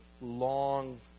long